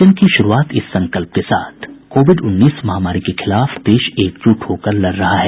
bulletin की शुरूआत इस संकल्प के साथ कोविड उन्नीस महामारी के खिलाफ देश एकजुट होकर लड़ रहा है